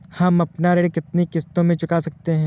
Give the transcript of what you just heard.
हम अपना ऋण कितनी किश्तों में चुका सकते हैं?